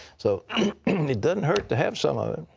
so it doesn't hurt to have some of it.